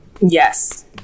yes